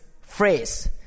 phrase